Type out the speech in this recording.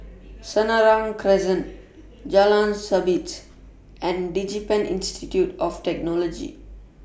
Senang Crescent Jalan Sabit and Digipen Institute of Technology